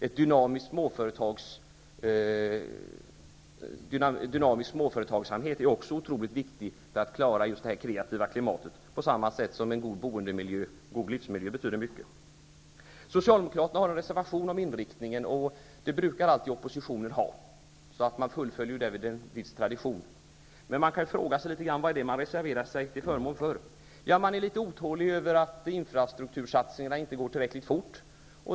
En dynamisk småföretagsamhet är också otroligt viktig för att det kreativa klimatet skall klaras. På samma sätt betyder en god boendemiljö och en god livsmiljö mycket. Socialdemokraterna har en reservation om inriktningen. Det brukar alltid oppositionen ha. Man fullföljer därvid en viss tradition. Men man kan fråga sig vad det är som Socialdemokraterna reserverar sig till förmån för. De är litet otåliga över att infrastruktursatsningarna inte går tillräckligt fort.